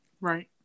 Right